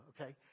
Okay